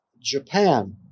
Japan